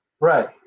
Right